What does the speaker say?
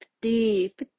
deep